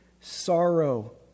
sorrow